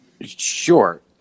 Sure